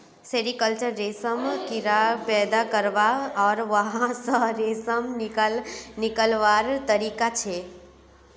sericulture रेशमेर कीड़ाक पैदा करवा आर वहा स रेशम निकलव्वार तरिका छिके